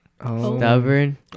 stubborn